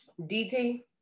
dt